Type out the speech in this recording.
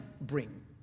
bring